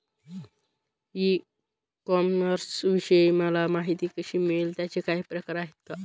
E कॉमर्सविषयी मला माहिती कशी मिळेल? त्याचे काही प्रकार आहेत का?